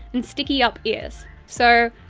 and sticky-up ears so,